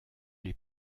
les